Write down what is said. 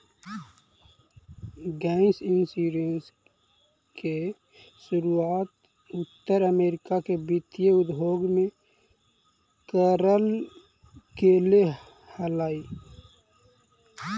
gap insurance के शुरुआत उत्तर अमेरिका के वित्तीय उद्योग में करल गेले हलाई